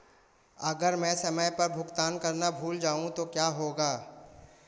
अगर मैं समय पर भुगतान करना भूल जाऊं तो क्या होगा?